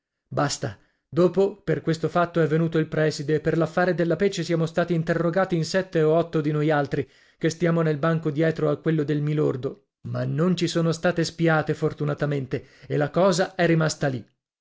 basta dopo per questo fatto è venuto il prèside e per l'affare della pece siamo stati interrogati in sette o otto di noialtri che stiamo nel banco dietro a quello del mi lordo ma non ci sono state spiate fortunatamente e la cosa è rimasta lì